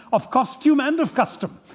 of costume and of custom.